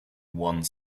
one